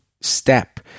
step